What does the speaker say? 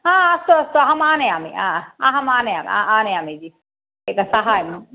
हा अस्तु अस्तु अहम् आनयामि हा अहम् आनयामि आनयामि जि एक साहाय्यम्